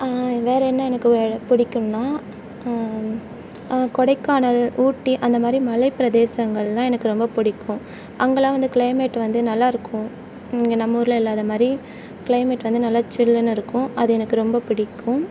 வேறு என்ன எனக்கு பிடிக்குன்னா கொடைக்கானல் ஊட்டி அந்தமாதிரி மலைப்பிரதேசங்கள்லாம் எனக்கு ரொம்ப பிடிக்கும் அங்கேலாம் வந்து க்ளைமேட் வந்து நல்லாயிருக்கும் இங்கே நம்ம ஊரில் இல்லாத மாதிரி க்ளைமேட் வந்து நல்லா சில்லுன்னு இருக்கும் அது எனக்கு ரொம்ப பிடிக்கும்